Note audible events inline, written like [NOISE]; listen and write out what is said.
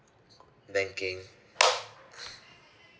banking [BREATH]